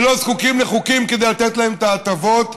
ולא זקוקים לחוקים כדי לתת להם את ההטבות,